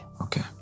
Okay